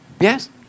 Yes